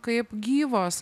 kaip gyvos